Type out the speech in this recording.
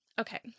Okay